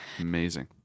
Amazing